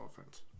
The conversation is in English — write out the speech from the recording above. offense